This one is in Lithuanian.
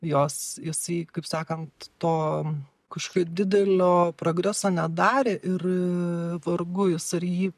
jos jisai kaip sakant to kažkokio didelio progreso nedarė ir vargu jis ar jį